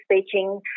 speaking